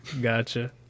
Gotcha